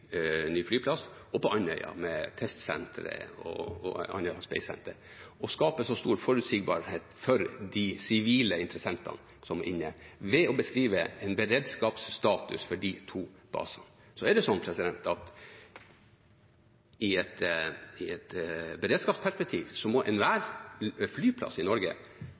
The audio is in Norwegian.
ny flyplass, og på Andøya med testsenteret og Andøya Space Centre – å skape stor forutsigbarhet for de sivile interessentene som er inne, ved å beskrive en beredskapsstatus for de to basene. I et beredskapsperspektiv må enhver flyplass i Norge kunne være forberedt på at man kanskje må bruke den i